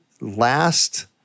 last